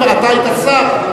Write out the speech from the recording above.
אתה היית שר,